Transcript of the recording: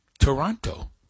Toronto